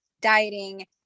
dieting